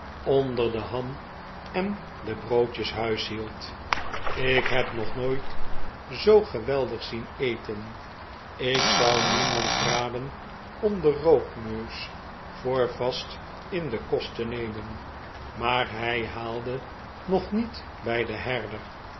onder de ham en de broodjes huishieldl ik heb nog nooit zoo geweldig zien eten ik zou niemand raden om den roodneus voor vast in den kost te nemen maar hij haalde nog niet bij den herder